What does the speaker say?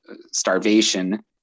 starvation